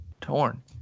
torn